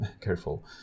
careful